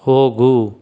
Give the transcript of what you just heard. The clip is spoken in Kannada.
ಹೋಗು